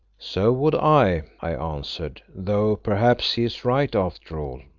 so would i, i answered, though perhaps he is right after all.